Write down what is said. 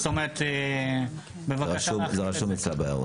אני חושב שאנחנו בשלב מוקדם מדיי כדי לקבוע עכשיו